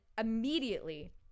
immediately